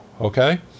Okay